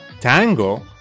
tango